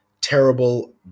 terrible